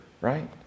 right